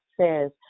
says